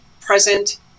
present